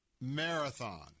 marathon